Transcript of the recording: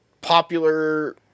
popular